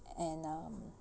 and uh